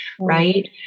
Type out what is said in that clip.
Right